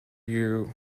you